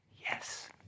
Yes